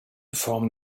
formen